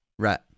Right